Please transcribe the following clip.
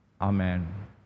Amen